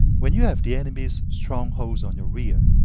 when you have the enemy's strongholds on your rear,